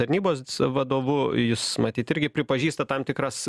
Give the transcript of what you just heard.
tarnybos vadovu jis matyt irgi pripažįsta tam tikras